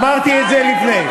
אמרתי את זה לפני.